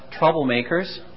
troublemakers